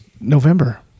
November